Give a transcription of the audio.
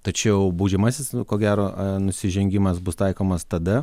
tačiau baudžiamasis ko gero nusižengimas bus taikomas tada